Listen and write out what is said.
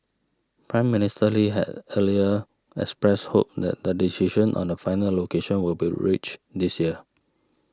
Prime Minister Lee had earlier expressed hope that the decision on the final location will be reached this year